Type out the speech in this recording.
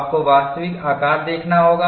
आपको वास्तविक आकार देखना होगा